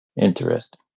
Interesting